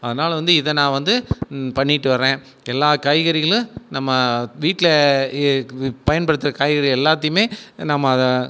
அதனால் வந்து இதை நான் வந்து பண்ணிட்டு வர்றேன் எல்லா காய்கறிகளும் நம்ம வீட்டில் பயன்படுத்துகிற காய்கறி எல்லாத்தையுமே நம்ம அதை